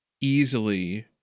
easily